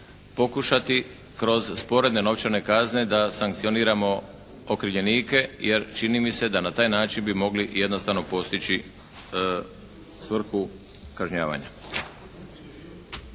pokušati kroz sporedne novčane kazne da sankcionirano okrivljenike jer čini mi se da na taj način bi mogli jednostavno postići svrhu kažnjavanja.